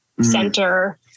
center